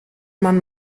man